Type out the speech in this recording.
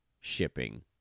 shipping